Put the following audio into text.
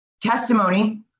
testimony